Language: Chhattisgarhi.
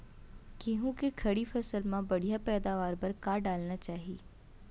गेहूँ के खड़ी फसल मा बढ़िया पैदावार बर का डालना चाही?